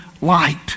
light